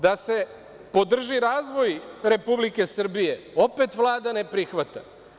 Da se podrži razvoj Republike Srbije, opet Vlada ne prihvata.